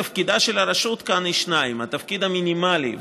תפקידיה של הרשות כאן הם שניים: התפקיד המינימלי,